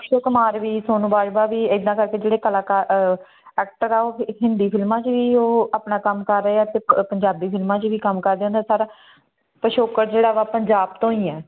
ਅਕਸ਼ੈ ਕੁਮਾਰ ਵੀ ਸੋਨਮ ਬਾਜਵਾ ਵੀ ਇੱਦਾਂ ਕਰਕੇ ਜਿਹੜੇ ਕਲਾਕਾਰ ਐਕਟਰ ਆ ਉਹ ਹਿੰਦੀ ਫਿਲਮਾਂ 'ਚ ਵੀ ਉਹ ਆਪਣਾ ਕੰਮ ਕਰ ਰਹੇ ਆ ਅਤੇ ਪੰ ਪੰਜਾਬੀ ਫਿਲਮਾਂ 'ਚ ਵੀ ਕੰਮ ਕਰਦੇ ਉਹਨਾਂ ਦਾ ਸਾਰਾ ਪਿਛੋਕੜ ਜਿਹੜਾ ਵਾ ਪੰਜਾਬ ਤੋਂ ਹੀ ਹੈ